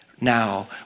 now